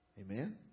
Amen